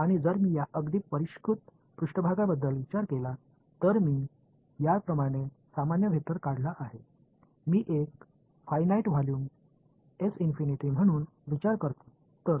आणि जर मी या अगदी परिष्कृत पृष्ठभागांबद्दल विचार केला तर मी याप्रमाणे सामान्य वेक्टर काढला आहे मी एक फायनाईट व्हॉल्यूम म्हणून विचार करतो तर